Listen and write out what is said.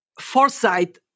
foresight